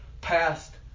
past